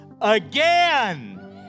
again